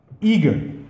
eager